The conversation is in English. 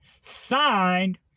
Signed